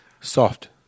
soft